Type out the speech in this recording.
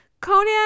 Conan